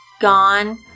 gone